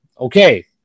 Okay